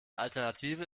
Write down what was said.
alternative